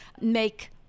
make